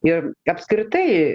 ir apskritai